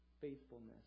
faithfulness